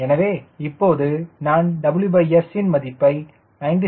எனவே இப்போது நான் WS ன் மதிப்பை 97